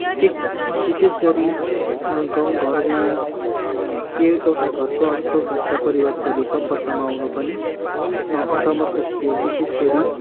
एक विशेषगरि गाउँघरमा यो एउटा घरको अर्को घरका परिवारकाहरू सम्पर्कमा आउन पनि असमर्थ थियो विशेष गरि